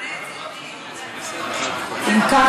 אם כך,